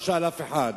לא שאל אף אחד.